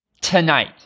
tonight